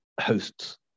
hosts